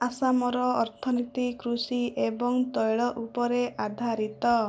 ଆସାମର ଅର୍ଥନୀତି କୃଷି ଏବଂ ତୈଳ ଉପରେ ଆଧାରିତ